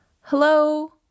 Hello